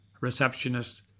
receptionist